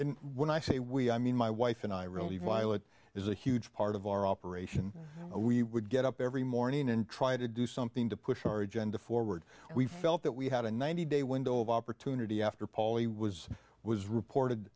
and when i say we i mean my wife and i really violet is a huge part of our operation we would get up every morning and try to do something to push our agenda forward we felt that we had a ninety day window of opportunity after polly was was reported